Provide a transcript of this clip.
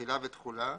תחילה ותחולה.